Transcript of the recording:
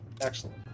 Excellent